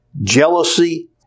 jealousy